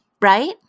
right